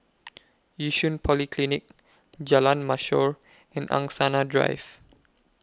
Yishun Polyclinic Jalan Mashhor and Angsana Drive